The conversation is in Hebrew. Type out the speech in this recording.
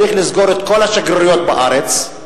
צריך לסגור את כל השגרירויות בארץ,